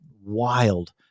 wild